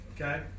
Okay